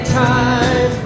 time